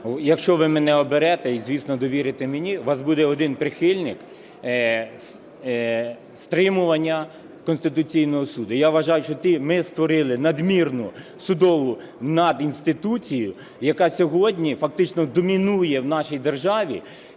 якщо ви мене оберете і, звісно, довірите мені, у вас буде один прихильник стримування Конституційного Суду. Я вважаю, що ми створили надмірну судову надінституцію, яка сьогодні фактично домінує в нашій державі,